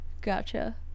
Gotcha